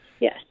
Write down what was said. yes